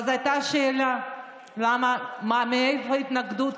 ואז עלתה השאלה מאיפה ההתנגדות,